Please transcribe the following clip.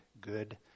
good